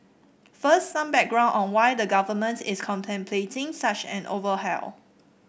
first some background on why the Government is contemplating such an overhaul